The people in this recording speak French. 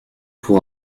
pour